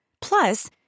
Plus